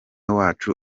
wacu